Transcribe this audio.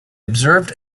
observed